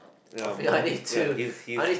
ya but ya his his